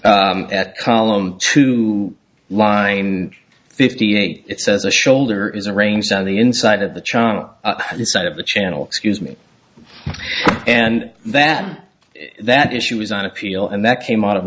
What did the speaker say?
army at column two line fifty eight it says the shoulder is arranged on the inside of the channel side of the channel excuse me and that that issue is on appeal and that came out of